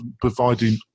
providing